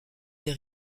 des